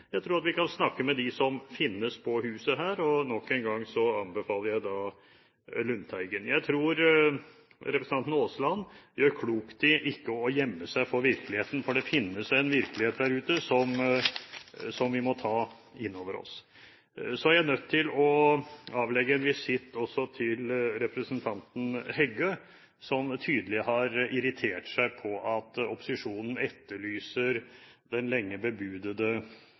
Jeg tror vi kan snakke med dem som finnes på huset her, og nok en gang anbefaler jeg da Lundteigen. Jeg tror representanten Aasland gjør klokt i ikke å gjemme seg for virkeligheten, for det finnes en virkelighet der ute som vi må ta inn over oss. Så er jeg også nødt til å avlegge en visitt til representanten Heggø, som tydelig har irritert seg over at opposisjonen etterlyser den lenge bebudede